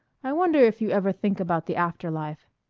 i wonder if you ever think about the after-life.